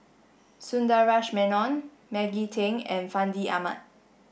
Sundaresh Menon Maggie Teng and Fandi Ahmad